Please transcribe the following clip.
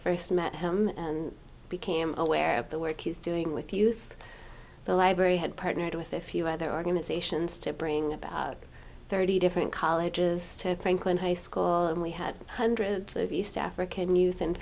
first met him and became aware of the work he's doing with use the library had partnered with a few other organizations to bring about thirty different colleges to franklin high school and we had hundreds of east african